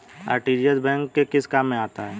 RTGS bank के किस काम में आता है?